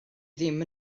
ddim